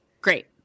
Great